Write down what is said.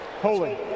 Holy